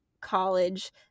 college